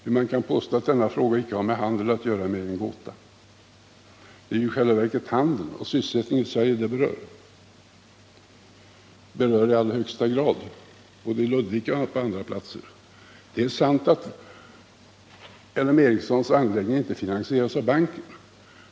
Hur man kan påstå att denna fråga icke har med handel att göra är mig en gåta. Det är i själva verket handeln och sysselsättningen i Sverige den gäller — både i Ludvika och på andra platser. Det är sant att L M Ericssons anläggning inte finansieras av banken.